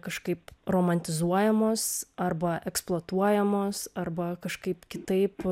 kažkaip romantizuojamos arba eksploatuojamos arba kažkaip kitaip